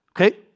Okay